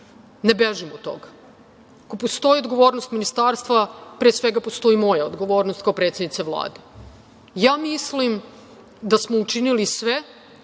Ne bežim od toga. Ako postoji odgovornost ministarstva, pre svega postoji moja odgovornost kao predsednice Vlade. Mislim da smo učinili sve